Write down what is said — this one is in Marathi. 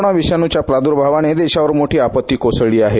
कोरोना विषाणूच्या प्रादुर्भावाने देशावर मोठी आपत्ती कोसळली आहे